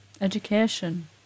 education